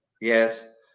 yes